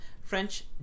French